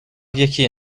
یکی